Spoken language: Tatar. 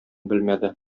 белмәде